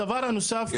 דבר נוסף,